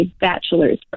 bachelor's